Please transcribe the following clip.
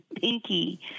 pinky